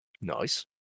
Nice